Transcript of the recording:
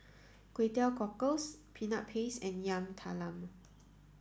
Kway Teow Cockles peanut paste and Yam Talam